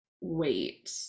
wait